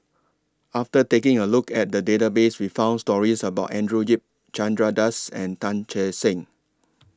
after taking A Look At The Database We found stories about Andrew Yip Chandra Das and Tan Che Sang